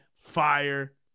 fire